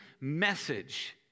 message